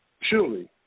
Surely